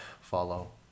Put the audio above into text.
follow